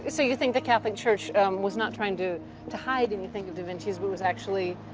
so, you think the catholic church was not trying to to hide anything of da vinci's but was actually